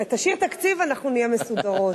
תשאיר תקציב, אנחנו נהיה מסודרות,